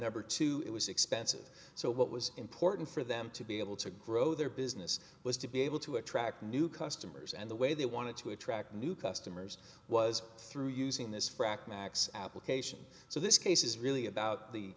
number two it was expensive so what was important for them to be able to grow their business was to be able to attract new customers and the way they wanted to attract new customers was through using this frac max application so this case is really about the